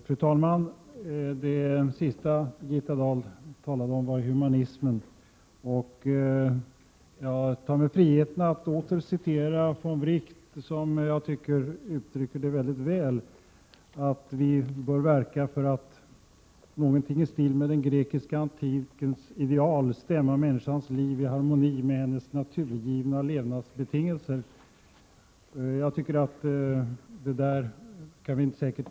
Fru talman! Det sista som Birgitta Dahl talade om i sitt anförande var humanismen. Jag tar mig friheten att åter hänvisa till von Wright, vilken enligt min mening uttrycker det hela på ett mycket bra sätt. Det vi skall verka för är enligt honom: ”Något i stil med den grekiska antikens ideal att stämma människans liv i harmoni med hennes naturgivna levnadsbetingelser.” Detta kan säkert vi alla ställa oss bakom.